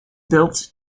built